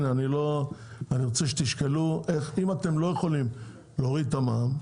אם אתם לא יכולים להוריד את המע"מ,